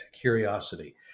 curiosity